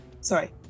sorry